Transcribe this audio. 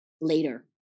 later